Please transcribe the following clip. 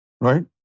Right